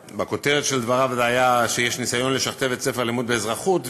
בכותרת של דבריו היה שיש ניסיון לשכתב את ספר הלימוד באזרחות,